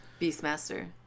Beastmaster